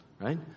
right